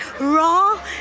raw